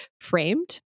framed